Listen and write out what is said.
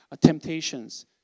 temptations